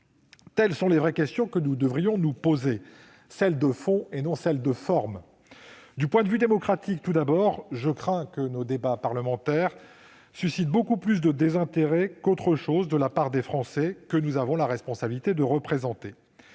Telles sont les vraies questions que nous devrions nous poser, c'est-à-dire celle du fond, et non de la forme. Du point de vue démocratique, tout d'abord, je crains que nos débats parlementaires suscitent plus de désintérêt qu'autre chose de la part des Français que nous avons pour responsabilité de représenter.